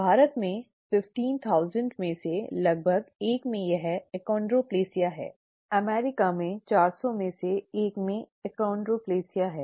भारत में 15000 में से लगभग 1 में यह एन्दोन्ड्रोप्लासिया है अमेरिका में 400 में से 1 में एन्दोन्ड्रोप्लासिया है